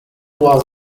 was